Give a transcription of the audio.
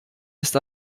ist